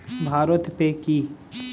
Bharat pay কি?